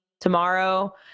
tomorrow